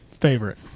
favorite